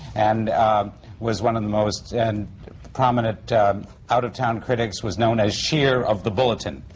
and was one of the most and prominent out-of-town critics, was known as schier of the bulletin,